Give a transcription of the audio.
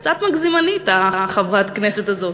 היא קצת מגזימנית, חברת הכנסת הזאת.